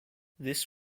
this